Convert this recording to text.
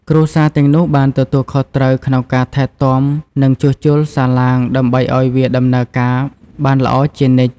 គ្រួសារទាំងនោះបានទទួលខុសត្រូវក្នុងការថែទាំនិងជួសជុលសាឡាងដើម្បីឱ្យវាដំណើរការបានល្អជានិច្ច។